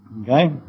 Okay